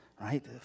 right